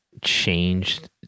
changed